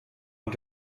und